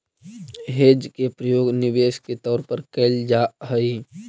hedge के प्रयोग निवेश के तौर पर कैल जा हई